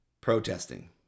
protesting